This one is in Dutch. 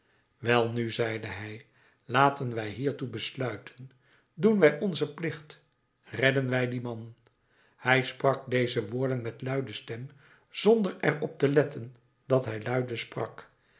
welnu zeide hij laten wij hiertoe besluiten doen wij onzen plicht redden wij dien man hij sprak deze woorden met luide stem zonder er op te letten dat hij luide sprak